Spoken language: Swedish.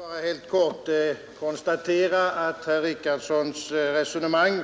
Herr talman! Jag vill bara helt kort konstatera att herr Richardsons resonemang